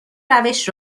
روش